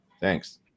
thanks